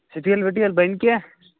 steel وِٹیٖل بَنہِ کیٚنہہ